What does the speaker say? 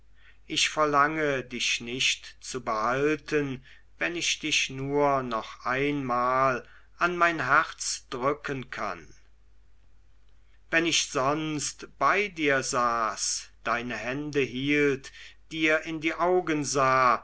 ich verlange dich nicht zu behalten wenn ich dich nur noch einmal an mein herz drücken kann wenn ich sonst bei dir saß deine hände hielt dir in die augen sah